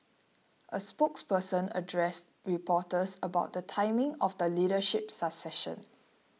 a spokesperson addressed reporters about the timing of the leadership succession